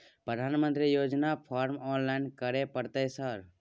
प्रधानमंत्री योजना form online करैले परतै सर?